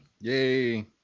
Yay